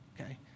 okay